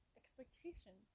expectation